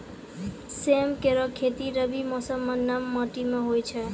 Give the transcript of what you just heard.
सेम केरो खेती रबी मौसम म नम माटी में होय छै